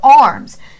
arms